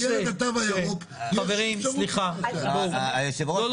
במסגרת התו הירוק --- היושב-ראש --- לא,